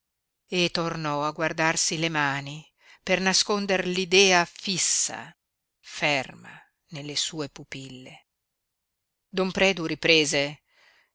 e tornò a guardarsi le mani per nasconder l'idea fissa ferma nelle sue pupille don predu riprese